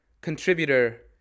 contributor